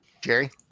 Jerry